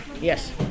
Yes